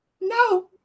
No